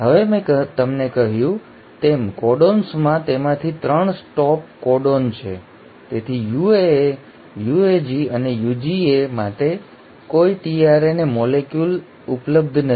હવે મેં તમને કહ્યું તેમ કોડોન્સમાં તેમાંથી 3 સ્ટોપ કોડોન છે તેથી યુએએ યુએજી અને યુજીએ માટે કોઈ tRNA મોલેક્યુલ ઉપલબ્ધ નથી